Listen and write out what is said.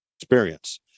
experience